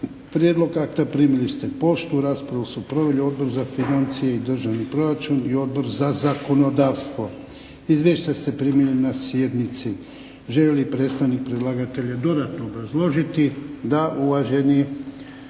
Prijedlog akta primili ste poštom. Raspravu su proveli Odbor za financije i državni proračun i Odbor za zakonodavstvo. Izvješća ste primili na sjednici. Želi li predstavnik predlagatelja dodatno obrazložiti? Da. Uvaženi